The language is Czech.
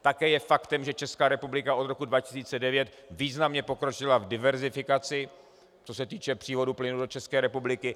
Také je faktem, že Česká republika od roku 2009 významně pokročila v diverzifikaci, co se týče přívodu plynu do České republiky.